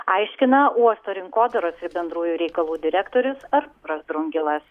aiškina uosto rinkodaros ir bendrųjų reikalų direktorius artūras drungilas